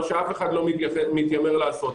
מה שאף אחד לא מתיימר לעשות.